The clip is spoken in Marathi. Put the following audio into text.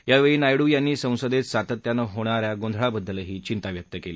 यावेळी नायडू यांनी संसदेत सातत्यानं होणाऱ्या गोंधळाबद्दल चिंता व्यक्त केली